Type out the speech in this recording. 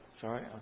Sorry